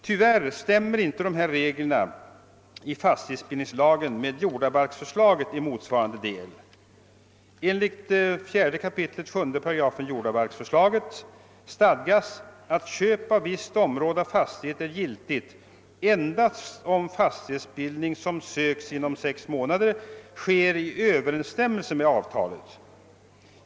Tyvärr stämmer inte dessa regler i fastighetsbildningslagen med = jordabalksförslaget i motsvarande del. Enligt 4 kap. 7 8 jordabalksförslaget stadgas, att köp av visst område av fastighet är giltigt endast om fastighetsbildning som söks inom sex månader sker i överensstämmelse med avtalet.